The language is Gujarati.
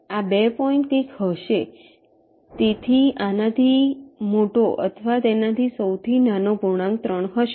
આ 2 પોઈન્ટ કંઈક હશે તેથી આનાથી મોટો અથવા તેનાથી સૌથી નાનો પૂર્ણાંક 3 હશે